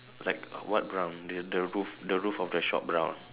like what brown the the roof the roof of the shop brown